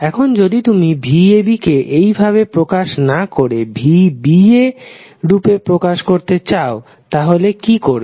এখন যদি তুমি যদি vab কে এইভাবে প্রকাশ না করে vba রূপে প্রকাশ করতে চাওতাহলে কিভাবে করবে